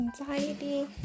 anxiety